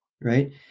Right